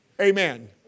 Amen